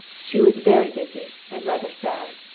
she was very busy and rather sad.